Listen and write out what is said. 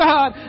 God